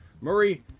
Murray